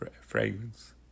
fragrance